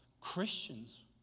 Christians